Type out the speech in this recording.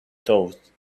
thought